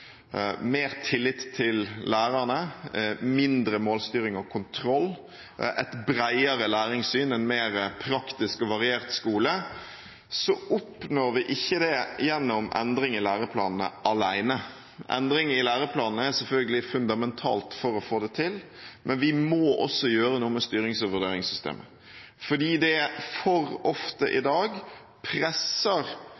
mer tillit til lærerne, mindre målstyring og kontroll, et bredere læringssyn, en mer praktisk og variert skole – oppnår vi ikke det gjennom endring i læreplanene alene. Endring i læreplanene er selvfølgelig fundamentalt for å få det til, men vi må også gjøre noe med styrings- og vurderingssystemet fordi det for ofte i